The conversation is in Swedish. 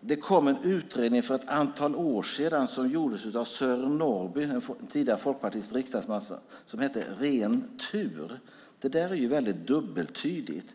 Det kom en utredning för ett antal år sedan som gjordes av Sören Norrby, en tidigare folkpartistisk riksdagsman, som hette Ren tur . Temat är väldigt dubbeltydigt.